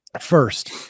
First